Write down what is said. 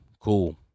Cool